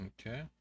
okay